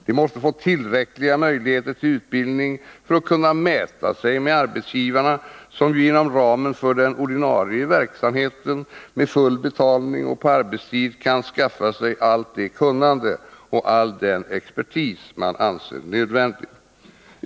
De måste få tillräckliga möjligheter till utbildning för att kunna mäta sig med arbetsgivarna, som ju inom ramen för den ordinarie verksamheten med full betalning och på arbetstid kan skaffa sig allt det kunnande och all den expertis man anser nödvändig.